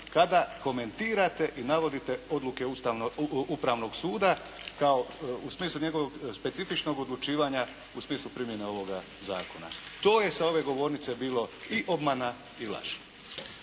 kada komentirate i navodite odluke Upravnog suda kao u smislu njegovog specifičnog odlučivanja u smislu primjene ovoga zakona. To je sa ove govornice bilo i obmana i laž.